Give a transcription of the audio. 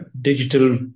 digital